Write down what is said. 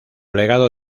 legado